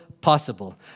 possible